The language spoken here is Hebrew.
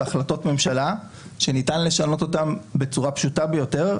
בהחלטות ממשלה שניתן לשנות אותן בצורה פשוטה ביותר,